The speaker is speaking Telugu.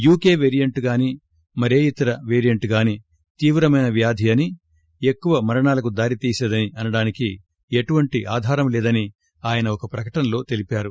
యూకె వేరియంట్ గాని మరే ఇతర పేరియంట్ గాని తీవ్రమైన వ్యాధి అని ఎక్కువ మరణాలకు దారి తీసేదని అనడానికి ఎటువంటి ఆధారం లేదని ఆయన ఒక ప్రకటనలో తెలిపారు